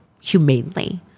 humanely